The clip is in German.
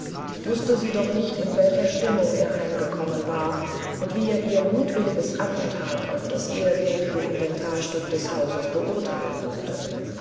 wußte sie doch nicht in welcher stimmung er heimgekommen war und wie er ihr mutwilliges attentat auf das ehrwürdige inventarstück des hauses beurteilen würde